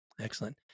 Excellent